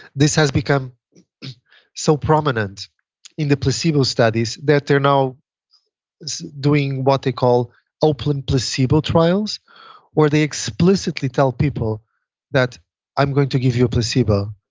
this has become so prominent in the placebo studies that they're now doing what they call open placebo trials where they explicitly tell people that i'm going to give you a placebo.